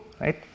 right